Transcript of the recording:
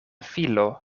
filo